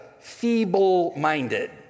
feeble-minded